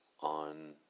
on